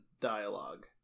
dialogue